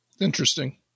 Interesting